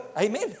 Amen